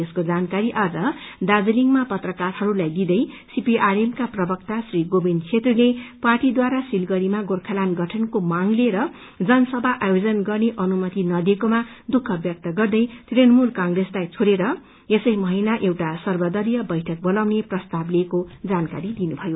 यसको जानकारी आज दार्जीलिङमा पत्रकारहरूलाई दिदै सीपीआरएम का प्रवक्ता श्री गोविन छेत्रीले पार्टीद्वारा सिलगढ़ीमा गोर्खाल्याण्ड गठनको मांग लिएर जनसभा आयोजन गर्न अनुमति न दिएकोमा दुःख व्यक्त गर्दै तृणमूल कंप्रेसलाई छोडेर यसै महिना एउटा सर्वदलिय बैठक बोलाउने प्रस्ताव लिएको जानकारी दिनुभयो